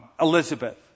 Elizabeth